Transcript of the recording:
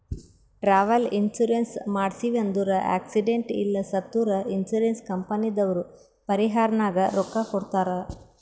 travel insurance ಮಾಡ್ಸಿವ್ ಅಂದುರ್ accident ಇಲ್ಲ ಸತ್ತುರ್ ಇನ್ಸೂರೆನ್ಸ್ ಕಂಪನಿದವ್ರು ಪರಿಹಾರನಾಗ್ ರೊಕ್ಕಾ ಕೊಡ್ತಾರ್